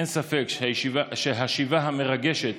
אין ספק שהשיבה המרגשת